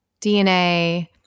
DNA